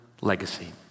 legacy